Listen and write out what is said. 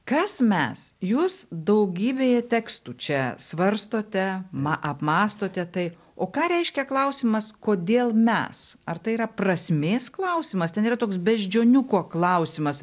kas mes jūs daugybėje tekstų čia svarstote man apmąstote tai o ką reiškia klausimas kodėl mes ar tai yra prasmės klausimas ten yra toks beždžioniuko klausimas